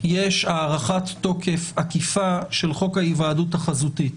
יש הארכת תוקף עקיפה של חוק ההיוועדות החזותית.